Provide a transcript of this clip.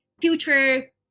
future